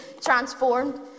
transformed